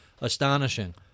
astonishing